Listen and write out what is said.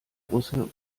russe